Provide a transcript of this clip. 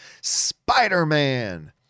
Spider-Man